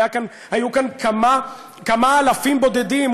היו כאן כמה אלפים בודדים,